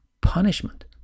punishment